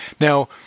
Now